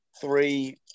three